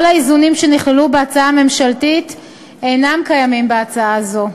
כל האיזונים שנכללו בהצעה הממשלתית אינם קיימים בהצעה זו.